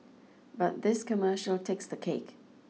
but this commercial takes the cake